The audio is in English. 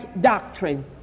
doctrine